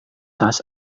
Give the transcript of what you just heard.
tas